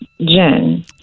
Jen